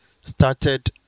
started